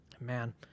Man